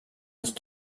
nicht